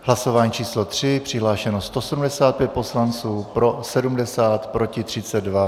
Hlasování číslo 3, přihlášeno 175 poslanců, pro 70, proti 32.